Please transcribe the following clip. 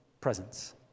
presence